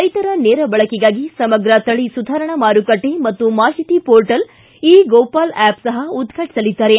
ರೈತರ ನೇರ ಬಳಕೆಗಾಗಿ ಸಮಗ್ರ ತಳಿ ಸುಧಾರಣಾ ಮಾರುಕಟ್ಟೆ ಮತ್ತು ಮಾಹಿತಿ ಪೋರ್ಟಲ್ ಇ ಗೋಪಾಲ ಆ್ಯಪ್ ಸಹ ಉದ್ಘಾಟಿಸಲಿದ್ದಾರೆ